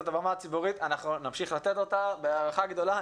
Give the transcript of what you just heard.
זאת הבמה הציבורית ואנחנו נמשיך לתת אותה בהערכה גדולה.